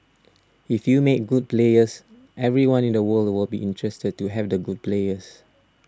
if you make good players everyone in the world will be interested to have the good players